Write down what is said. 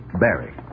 Barry